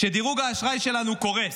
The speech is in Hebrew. שדירוג האשראי שלנו קורס,